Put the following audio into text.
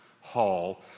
Hall